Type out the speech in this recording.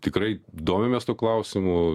tikrai domimės tuo klausimu